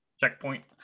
Checkpoint